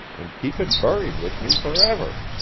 and keep it buried with me forever